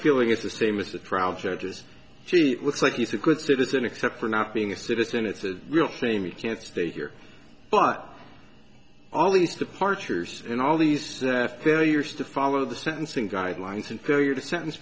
feeling is the same as the trial judges she looks like he's a good citizen except for not being a citizen it's a real shame it can't stay here but all these departures and all these their failures to follow the sentencing guidelines and career the sentence